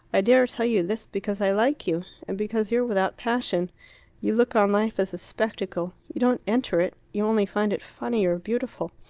i dare tell you this because i like you and because you're without passion you look on life as a spectacle you don't enter it you only find it funny or beautiful.